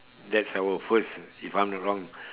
that's our first if I'm not wrong